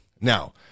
now